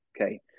Okay